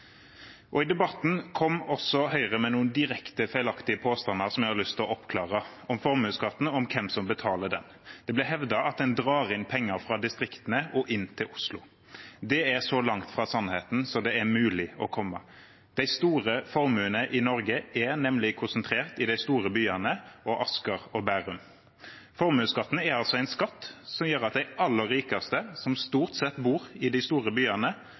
I debatten kom Høyre også med noen direkte feilaktige påstander om formuesskatten og hvem som betaler den, som jeg har lyst til å oppklare. Det ble hevdet at den drar inn penger fra distriktene og til Oslo. Det er så langt fra sannheten som det er mulig å komme. De store formuene i Norge er nemlig konsentrert i de store byene og i Asker og Bærum. Formuesskatten er altså en skatt som gjør at de aller rikeste, som stort sett bor i de store byene